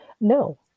no